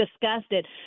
disgusted